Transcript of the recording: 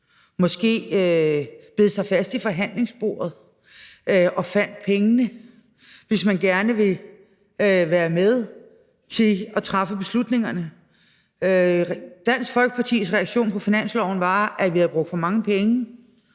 måske bed sig fast i forhandlingsbordet og fandt pengene, hvis man gerne vil være med til at træffe beslutningerne. Dansk Folkepartis reaktion på finansloven var, at vi havde brugt for mange penge.